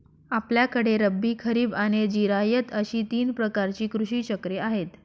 आपल्याकडे रब्बी, खरीब आणि जिरायत अशी तीन प्रकारची कृषी चक्रे आहेत